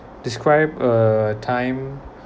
describe a time